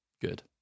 Good